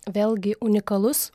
vėlgi unikalus